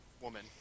woman